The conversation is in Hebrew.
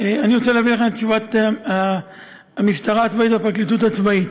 אני רוצה להביא לכם את תשובת המשטרה הצבאית והפרקליטות הצבאית: